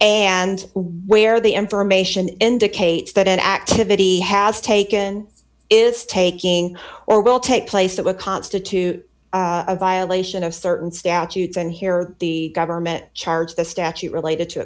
and where the information indicates that an activity has taken is taking or will take place that would constitute a violation of certain statutes and here the government charged the statute related to